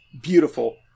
beautiful